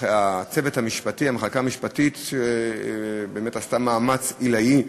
הצוות המשפטי והמחלקה המשפטית שבאמת עשתה מאמץ עילאי,